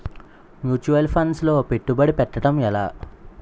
Mutual funds లో పెట్టుబడి పెట్టడం ఎలా?